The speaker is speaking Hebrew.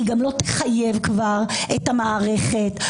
היא כבר לא תחייב את המערכת,